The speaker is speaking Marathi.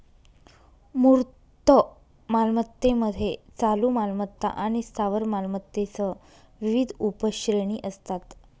मूर्त मालमत्तेमध्ये चालू मालमत्ता आणि स्थावर मालमत्तेसह विविध उपश्रेणी असतात